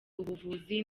ubuvuzi